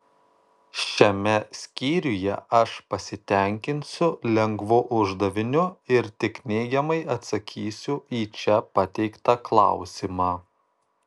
šiame skyriuje aš pasitenkinsiu lengvu uždaviniu ir tik neigiamai atsakysiu į čia pateiktą klausimą